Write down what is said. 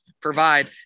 Provide